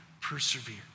persevere